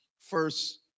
first